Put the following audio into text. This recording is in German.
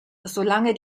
solange